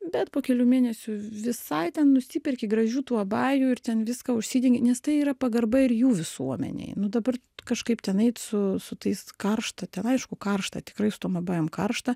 bet po kelių mėnesių visai ten nusiperki gražių tu abajų ir ten viską užsidengi nes tai yra pagarba ir jų visuomenei nu dabar kažkaip ten eit su su tais karšta ten aišku karšta tikrai su tuom abajum karšta